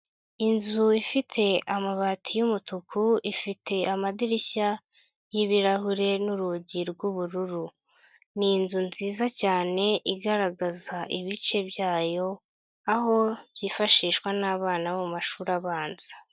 Inzu ifite amabati y'umutuku, ifite amadirishya y'ibirahure n'urugi rw'ubururu. Ni inzu nziza cyane, igaragaza ibice byayo, aho byifashishwa n'abana bo mu mashuri abanza.